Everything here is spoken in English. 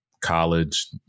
College